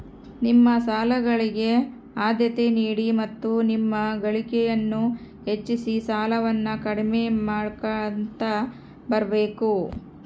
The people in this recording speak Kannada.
ನಿಮ್ಮ ಸಾಲಗಳಿಗೆ ಆದ್ಯತೆ ನೀಡಿ ಮತ್ತು ನಿಮ್ಮ ಗಳಿಕೆಯನ್ನು ಹೆಚ್ಚಿಸಿ ಸಾಲವನ್ನ ಕಡಿಮೆ ಮಾಡ್ಕೊಂತ ಬರಬೇಕು